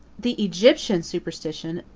the egyptian superstition,